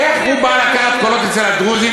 איך הוא בא לקחת קולות אצל הדרוזיות,